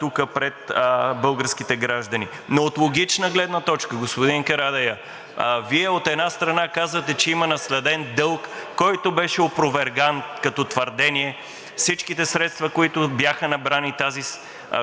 тук пред българските граждани. Но от логична гледна точка, господин Карадайъ, Вие, от една страна, казвате, че има наследен дълг, който беше опроверган като твърдение. Всички средства, които бяха набрани тази